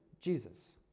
Jesus